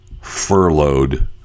furloughed